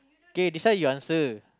kay this one you answer